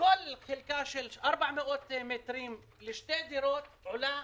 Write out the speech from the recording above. כל חלקה של 400 מטרים לשתי דירות עולה